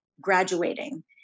graduating